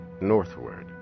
northward